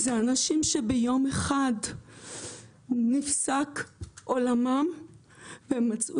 זה אנשים שביום אחד נפסק עולמם והם מצאו